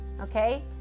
okay